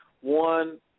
One